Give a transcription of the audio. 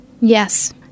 Yes